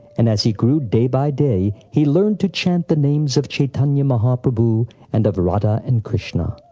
and as he grew day-by-day he learned to chant the names of chaitanya mahaprabhu and of radha and krishna.